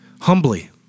humbly